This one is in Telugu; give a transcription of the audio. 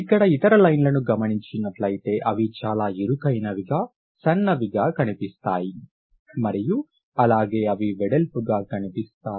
ఇక్కడ ఇతర లైన్లను గమనించినట్లైతే అవి చాలా ఇరుకైనవిగా సన్నగా కనిపిస్తాయి మరియు అలాగే అవి వెడల్పుగా కనిపిస్తాయి